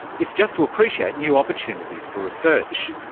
it's just to appreciate new opportunities for research.